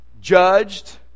Judged